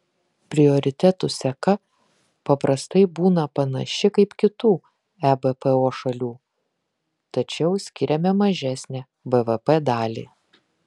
prioritetų seka paprastai būna panaši kaip kitų ebpo šalių tačiau skiriame mažesnę bvp dalį